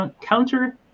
counter